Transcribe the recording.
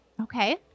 Okay